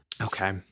Okay